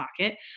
pocket